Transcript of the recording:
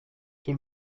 tout